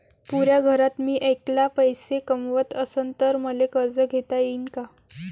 पुऱ्या घरात मी ऐकला पैसे कमवत असन तर मले कर्ज घेता येईन का?